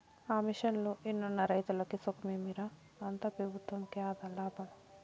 ఆ మిషన్లు ఎన్నున్న రైతులకి సుఖమేమి రా, అంతా పెబుత్వంకే లాభం